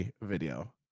video